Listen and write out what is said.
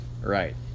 right